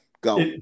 go